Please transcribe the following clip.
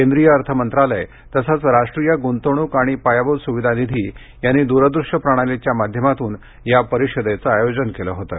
केंद्रीय अर्थ मंत्रालय तसंच राष्ट्रीय गुंतवणूक आणि पायाभूत सुविधा निधी यांनी द्र दृश्य प्रणालीच्या माध्यमातून या परीषदेचं आयोजन केलं होतं